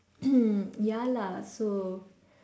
hmm ya lah so